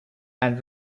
and